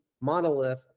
monolith